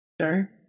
Sure